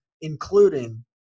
Including